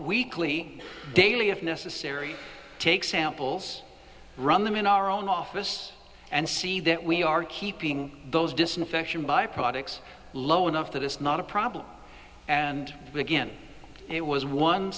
weekly daily if necessary take samples run them in our own office and see that we are keeping those disinfection by products low enough that it's not a problem and again it was one